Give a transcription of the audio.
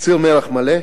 קציר מלח מלא,